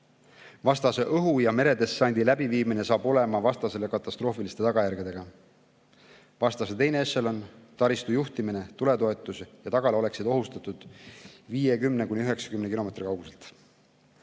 Vastase õhu‑ ja meredessandi läbiviimine saab olema vastasele katastroofiliste tagajärgedega. Vastase teine ešelon, taristu juhtimine, tuletoetus ja tagala oleksid ohustatud 50–90 kilomeetri kauguselt.